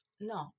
no